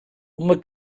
uma